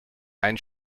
ein